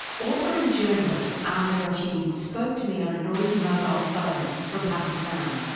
author and journalist ahmed rashid spoke to me on a noisy mobile phone from pakistan.